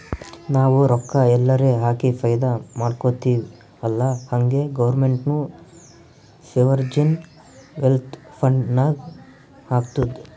ನಾವು ರೊಕ್ಕಾ ಎಲ್ಲಾರೆ ಹಾಕಿ ಫೈದಾ ಮಾಡ್ಕೊತಿವ್ ಅಲ್ಲಾ ಹಂಗೆ ಗೌರ್ಮೆಂಟ್ನು ಸೋವರ್ಜಿನ್ ವೆಲ್ತ್ ಫಂಡ್ ನಾಗ್ ಹಾಕ್ತುದ್